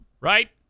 right